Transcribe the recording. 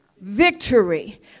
victory